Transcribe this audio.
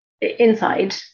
inside